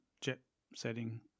jet-setting